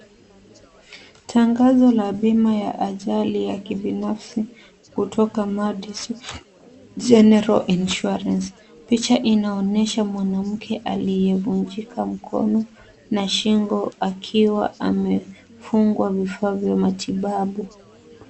Tangazo la bima ya ajali ya kibinafsi kutoka Madison General Insurance . Picha inaonyesha mwanamke aliyevunjika mkono na shingo akiwa amefungwa vifaa vya matibabu.